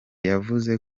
yavuze